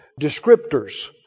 descriptors